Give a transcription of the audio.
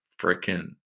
freaking